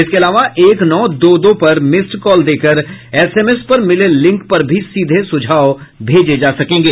इसके अलावा एक नौ दो दो पर मिस्ड कॉल देकर एसएमएस पर मिले लिंक पर भी सीधे सुझाव भेजे जा सकेंगे